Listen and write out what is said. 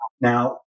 Now